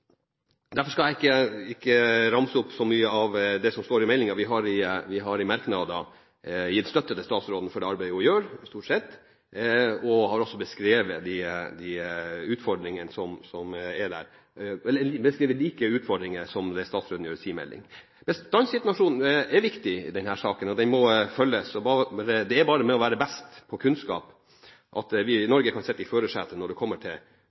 Derfor skal jeg ikke ramse opp så mye av det som står i meldingen. Vi har i merknader stort sett gitt støtte til statsråden for det arbeidet hun gjør, og har også beskrevet utfordringer som er lik de utfordringene som statsråden beskriver i sin melding. Bestandssituasjonen er viktig i denne saken, og den må følges. Det er bare ved å være best på kunnskap at vi i Norge kan sitte i førersetet når det kommer til